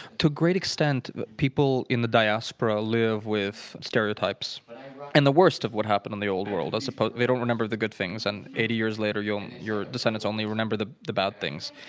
to a great extent, people in the diaspora live with stereotypes and the worst of what happened in the old world, as opposed to, they don't remember the good things, and eighty years later your your descendants only remember the the bad things.